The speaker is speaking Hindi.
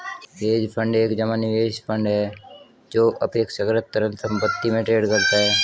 हेज फंड एक जमा निवेश फंड है जो अपेक्षाकृत तरल संपत्ति में ट्रेड करता है